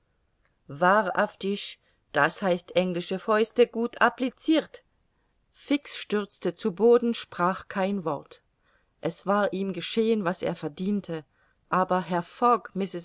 das heißt englische fäuste gut applicirt fix stürzte zu boden sprach kein wort es war ihm geschehen was er verdiente aber herr